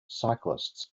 cyclists